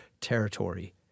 territory